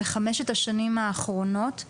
בחמשת השנים האחרונות,